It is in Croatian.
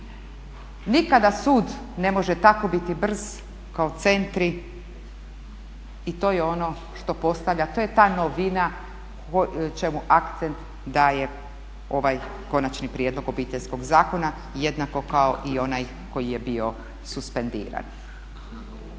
Nikada sud ne može tako biti brz kao centri i to je ono što postavlja, to je ta novina čemu akcent daje ovaj Konačni prijedlog Obiteljskog zakona jednako kao i onaj koji je bio suspendiran.